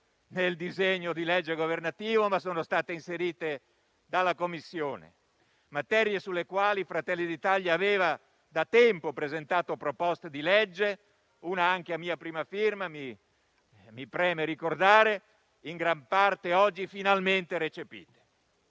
nel disegno di legge governativo, ma sono state inserite dalla Commissione; materie sulle quali Fratelli d'Italia aveva da tempo presentato proposte di legge (una anche a mia prima firma, mi preme ricordarlo), in gran parte, oggi, finalmente recepite.